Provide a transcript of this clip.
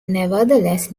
nevertheless